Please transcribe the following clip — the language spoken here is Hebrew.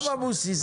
למה מוסי?